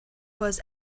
was